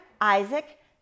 Isaac